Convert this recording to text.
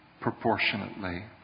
proportionately